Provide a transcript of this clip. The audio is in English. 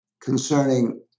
concerning